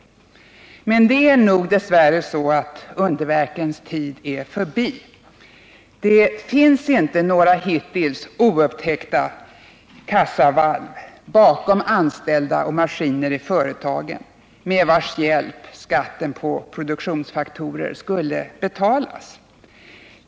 Men det är nog dess värre så att underverkens tid är förbi. Det finns inte några hittills oupptäckta kassavalv bakom anställda och maskiner i företagen med vilkas hjälp skatten på produktionsfaktorer skulle betalas.